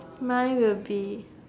my will be